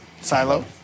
Silo